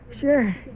Sure